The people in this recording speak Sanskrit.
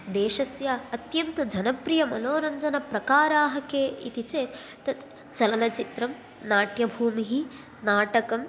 देशस्य अत्यन्तजनप्रियमनोरञ्जनप्रकाराः के इति चेत् तत् चलनचित्रं नाट्यभूमिः नाटकं